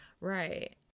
Right